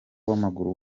w’amaguru